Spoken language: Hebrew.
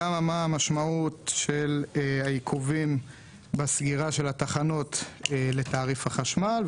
ודנו במשמעות של העיכובים בסגירה של התחנות לתעריף החשמל,